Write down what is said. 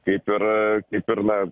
kaip ir kaip ir na